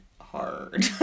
hard